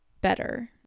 better